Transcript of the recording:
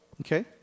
Okay